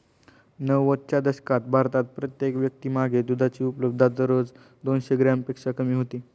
नव्वदच्या दशकात भारतात प्रत्येक व्यक्तीमागे दुधाची उपलब्धता दररोज दोनशे ग्रॅमपेक्षा कमी होती